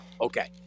okay